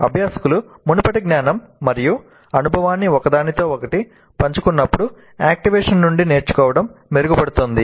అభ్యాసకులు మునుపటి జ్ఞానం మరియు అనుభవాన్ని ఒకదానితో ఒకటి పంచుకున్నప్పుడు యాక్టివేషన్ నుండి నేర్చుకోవడం మెరుగుపడుతుంది